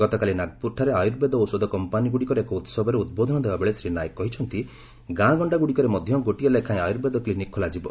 ଗତକାଲି ନାଗପୁରଠାରେ ଆୟୁର୍ବେଦ ଔଷଧ କମ୍ପାନୀଗୁଡିକର ଏକ ଉତ୍ବୋଧନ ଦେବାବେଳେ ଶ୍ରୀ ନାଏକ କହିଛନ୍ତି ଗାଁ ଗଶ୍ଡାଗୁଡିକରେ ମଧ୍ୟ ଗୋଟିଏ ଲେଖାଏଁ ଆୟୁର୍ବେଦ କ୍କିନିକ୍ ଖୋଲାଯିବ